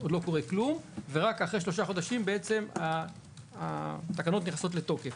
עוד לא קורה כלום ורק אחרי שלושה חודשים התקנות נכנסות לתוקף,